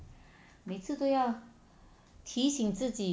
每次都要提醒自己